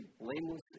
blameless